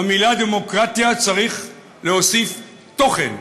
למילה "דמוקרטיה" צריך להוסיף תוכן,